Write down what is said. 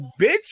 bitch